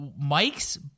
Mike's